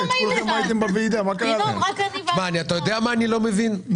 אני לא מבין,